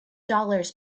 dollars